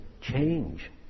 change